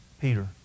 Peter